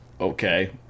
okay